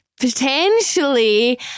potentially